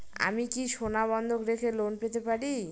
আমি কি সোনা বন্ধক রেখে লোন পেতে পারি?